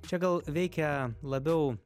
čia gal veikia labiau